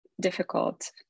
difficult